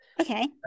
Okay